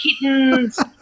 kittens